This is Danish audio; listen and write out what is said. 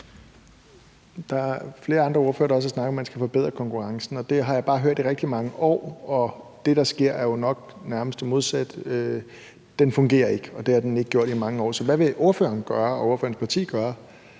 Der er flere andre ordførere, der også har snakket om, at man skal forbedre konkurrencen. Det har jeg bare hørt i rigtig mange år. Det, der sker, er jo nok nærmest det modsatte. Den fungerer ikke, og det har den ikke gjort i mange år. Så hvad vil ordføreren og